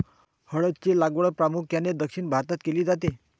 हळद ची लागवड प्रामुख्याने दक्षिण भारतात केली जाते